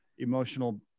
emotional